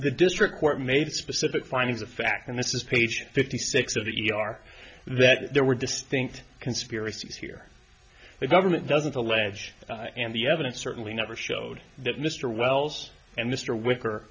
the district court made specific findings of fact and this is page fifty six of the e r that there were distinct conspiracies here the government doesn't allege and the evidence certainly never showed that mr wells and mr wicker